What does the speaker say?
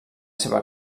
seva